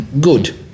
good